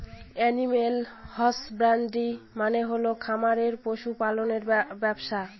animal husbandry মানে হল খামারে পশু পালনের ব্যবসা